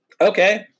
Okay